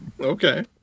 Okay